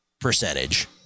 percentage